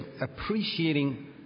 appreciating